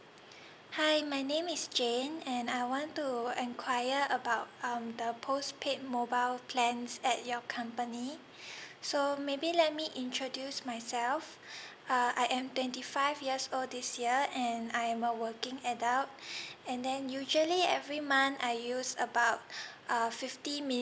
hi my name is jane and I want to enquire about um the post paid mobile plans at your company so maybe let me introduce myself uh I am twenty five years old this year and I am a working adult and then usually every month I use about uh fifty